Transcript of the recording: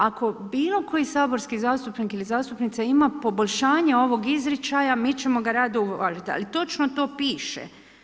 Ako bilo koji saborski zastupnik ili zastupnica ima poboljšanja ovog izričaja, mi ćemo ga rado uvažiti, ali točno to piše.